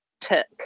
took